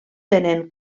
tenen